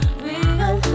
real